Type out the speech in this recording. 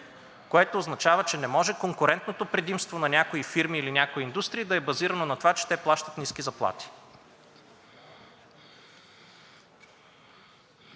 което означава, че не може конкурентното предимство на някои фирми или на някои индустрии да е базирано на това, че те плащат ниски заплати.